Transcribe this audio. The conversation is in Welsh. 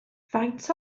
faint